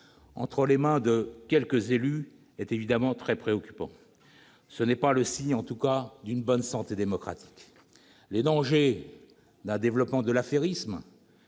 entre les mains de quelques élus, est évidemment très préoccupant. En tout cas, ce n'est pas le signe d'une bonne santé démocratique ! Le danger d'un développement de l'affairisme,